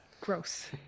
Gross